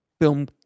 film